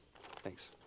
Thanks